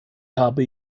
habe